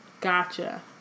Gotcha